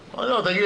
אמרתי לו: תגיד,